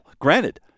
granted